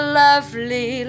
lovely